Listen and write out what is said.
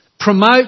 promote